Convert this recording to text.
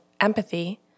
empathy